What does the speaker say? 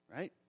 Right